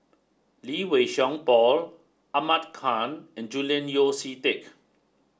Lee Wei Song Paul Ahmad Khan and Julian Yeo See Teck